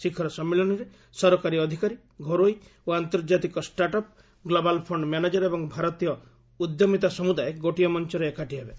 ଶିଖର ସମ୍ମିଳନୀରେ ସରକାରୀ ଅଧିକାରୀ ଘରୋଇ ଓ ଆନ୍ତର୍ଜାତିକ ଷ୍ଟାଟ୍ଅପ୍ ଗ୍ଲୋବାଲ୍ ଫଣ୍ଡ ମ୍ୟାନେଜର ଏବଂ ଭାରତୀୟ ଉଦ୍ୟମତା ସମୁଦାୟ ଗୋଟିଏ ମଞ୍ଚରେ ଏକାଠି ହେବେ